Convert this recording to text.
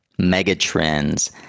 megatrends